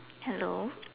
hello